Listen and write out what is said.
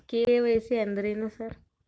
KYC ಅಂದ್ರೇನು sir?